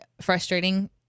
frustrating